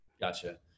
Gotcha